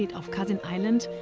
sort of cousin island.